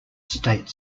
state